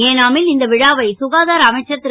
ஏனாமில் இந்த விழாவை சுகாதார அமைச்சர் ரு